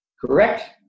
Correct